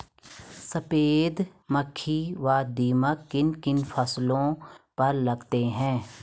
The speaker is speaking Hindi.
सफेद मक्खी व दीमक किन किन फसलों पर लगते हैं?